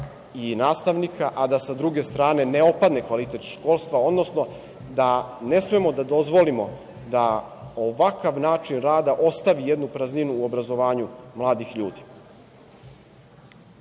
i nastavnika, a da sa druge strane ne opadne kvalitet školstva, odnosno da ne smemo da dozvolimo da ovakav način rada ostavi jednu prazninu u obrazovanju mladih ljudi. Naše